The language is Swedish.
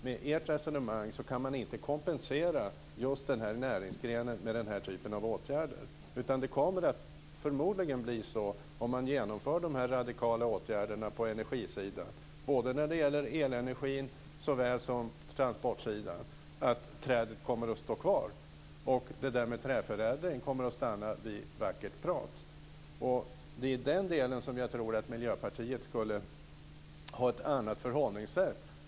Med ert resonemang kan man inte kompensera just den här näringsgrenen med nämnda typ av åtgärder. Om dessa radikala åtgärder vidtas på energisidan - såväl när det gäller elenergin som när det gäller transportsidan - kommer det att bli så att trädet står kvar. Det där med träförädling kommer då att stanna vid vackert prat. Det är i den delen som jag tror att ni i Miljöpartiet skulle ha ett annat förhållningssätt.